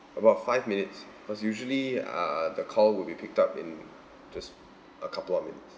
about five minutes cause usually uh the call will be picked up in just a couple of minutes